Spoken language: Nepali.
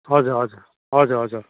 हजुर हजुर हजुर हजुर